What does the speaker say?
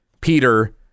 Peter